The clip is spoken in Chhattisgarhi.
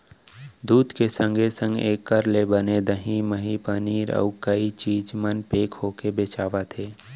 दूद के संगे संग एकर ले बने दही, मही, पनीर, अउ कई चीज मन पेक होके बेचावत हें